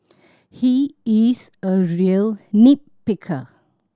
he is a real nit picker